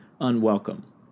unwelcome